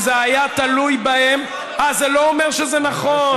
אם זה היה תלוי בהם, זה גם לא אומר שזה נכון.